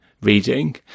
reading